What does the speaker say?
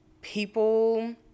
people